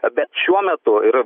bet šiuo metu ir jau